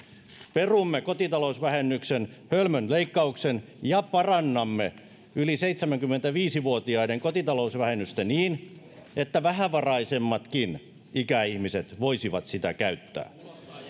perumme kotitalousvähennyksen hölmön leikkauksen ja parannamme yli seitsemänkymmentäviisi vuotiaiden kotitalousvähennystä niin että vähävaraisemmatkin ikäihmiset voisivat sitä käyttää